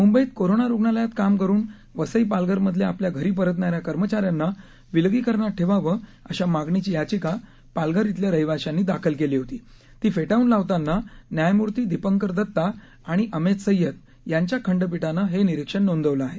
मुंबईत कोरोना रुगणालयात काम करुन वसई पालघरमधल्या आपल्या घरी परतणा या कर्मचा यांना विलगीकरणात ठेवावं अशा मागणीची याचिका पालघर बेल्या रहिवाश्यांनी दाखल केली होती ती फेटाळून लावताना न्यायमूर्ती दीपंकर दत्ता आणि अमैद सय्यद यांच्या खंडपीठानं हे निरीक्षण नोंदवलं आहे